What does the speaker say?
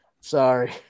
sorry